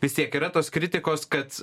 vis tiek yra tos kritikos kad